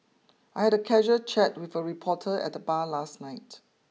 I had a casual chat with a reporter at the bar last night